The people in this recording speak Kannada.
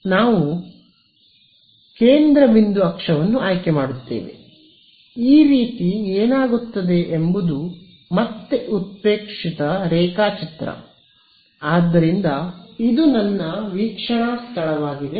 ಆದ್ದರಿಂದ ನಾವು ಆದ್ದರಿಂದ ಕೇಂದ್ರ ಬಿಂದು ಅಕ್ಷವನ್ನು ಆಯ್ಕೆ ಮಾಡುತ್ತದೆ ಈ ರೀತಿ ಏನಾಗುತ್ತದೆ ಎಂಬುದು ಮತ್ತೆ ಉತ್ಪ್ರೇಕ್ಷಿತ ರೇಖಾಚಿತ್ರ ಆದ್ದರಿಂದ ಇದು ನನ್ನ ವೀಕ್ಷಣಾ ಸ್ಥಳವಾಗಿದೆ